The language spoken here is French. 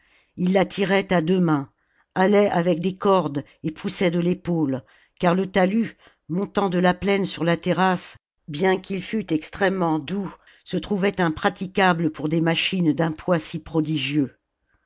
ils la tiraient à deux mains balaient avec des cordes et poussaient de l'épaule car le talus montant de la plaine sur la terrasse bien qu'il fût extrêmement doux se trouvait impraticable pour des machines d'un poids si prodigieux